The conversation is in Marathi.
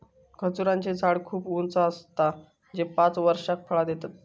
खजूराचें झाड खूप उंच आसता ते पांच वर्षात फळां देतत